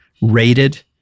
rated